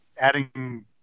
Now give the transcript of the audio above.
adding